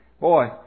boy